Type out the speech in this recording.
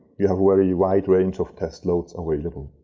we have a very wide range of test loads available.